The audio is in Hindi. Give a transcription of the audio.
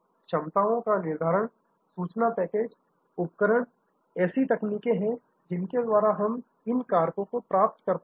क्षमताओं का निर्धारण सूचना पैकेज उपकरण ऐसी तकनीकें हैं जिनके द्वारा हम इन कारकों को प्राप्त करते हैं